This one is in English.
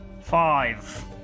Five